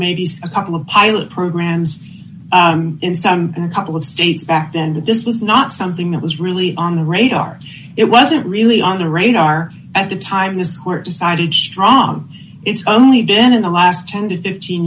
maybe a couple of pilot programs in south and a couple of states back then but this was not something that was really on the radar it wasn't really on the radar at the time this court decided strong it's only been in the last ten to fifteen